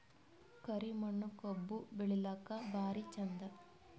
ಕರಿ ಮಣ್ಣು ಕಬ್ಬು ಬೆಳಿಲ್ಲಾಕ ಭಾರಿ ಚಂದ?